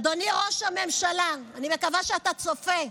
אדוני ראש הממשלה, אני מקווה שאתה צופה,